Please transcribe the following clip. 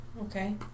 Okay